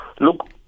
Look